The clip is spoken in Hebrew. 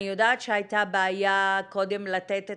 אני יודעת שהייתה בעיה קודם לתת את